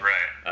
Right